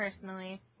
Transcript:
personally